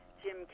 Jim